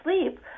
Sleep